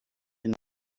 deny